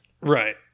Right